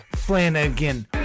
Flanagan